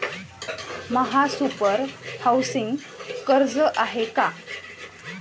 महासुपर हाउसिंग कर्ज आहे का?